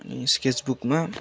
अनि स्केच बुकमा